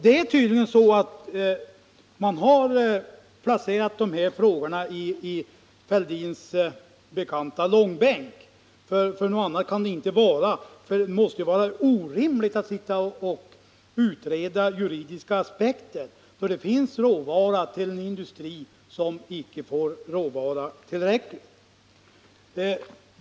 Det är tydligen så att man har placerat de här frågorna i Fälldins bekanta långbänk — på något annat sätt kan det inte vara. Det måste vara orimligt att här sitta och utreda juridiska aspekter, då det finns råvara till en industri som nu icke får tillräckligt med råvara.